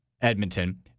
Edmonton